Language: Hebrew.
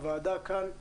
הוועדה כאן,